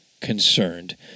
concerned